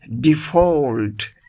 default